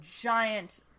giant